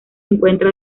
encuentra